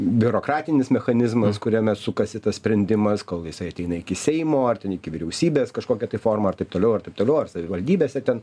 biurokratinis mechanizmas kuriame sukasi tas sprendimas kol jisai ateina iki seimo ar ten iki vyriausybės kažkokia tai forma ar taip toliau ar taip toliau ar savivaldybėse ten